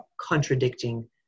contradicting